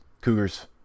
cougars